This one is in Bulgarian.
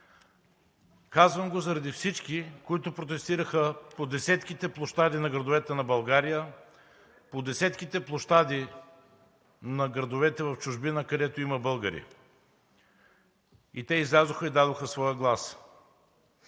Казвам го заради всички, които протестираха по десетките площади на градовете на България, по десетките площади на градовете в чужбина, където има българи и те излязоха и дадоха своя глас.